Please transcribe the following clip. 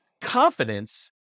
confidence